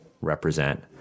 represent